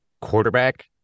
quarterback